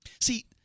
See